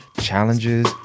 challenges